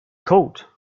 coat